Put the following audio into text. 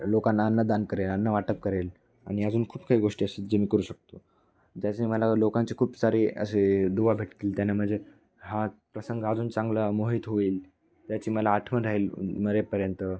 लोकांना अन्नदान करेन अन्नवाटप करेन आणि अजून खूप काही गोष्टी असतील जे मी करू शकतो ज्याचे मला लोकांचे खूप सारे असे दुवा भेटतील त्याना म्हणजे हा प्रसंग अजून चांगला मोहीत होईल त्याची मला आठवण राहील मरेपर्यंत